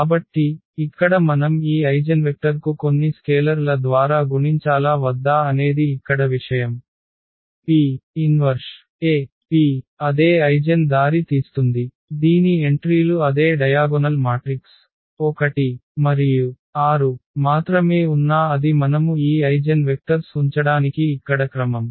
కాబట్టి ఇక్కడ మనం ఈ ఐగెన్వెక్టర్ కు కొన్ని స్కేలర్ల ద్వారా గుణించాలా వద్దా అనేది ఇక్కడ విషయం P 1AP అదే ఐగెన్ దారి తీస్తుంది దీని ఎంట్రీలు అదే డయాగొనల్ మాట్రిక్స్ 1 మరియు 6 మాత్రమే ఉన్నా అది మనము ఈ ఐగెన్వెక్టర్స్ ఉంచడానికి ఇక్కడ క్రమం